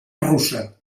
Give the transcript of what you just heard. russa